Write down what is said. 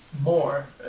more